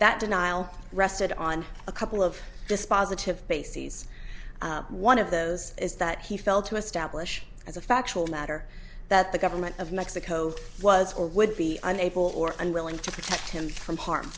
that denial rested on a couple of dispositive bases one of those is that he felt to establish as a factual matter that the government of mexico was or would be unable or unwilling to protect him from harm